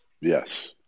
Yes